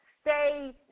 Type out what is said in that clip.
stay